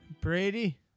Brady